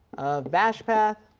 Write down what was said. of bash path